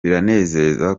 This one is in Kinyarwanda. biranezeza